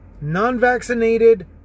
non-vaccinated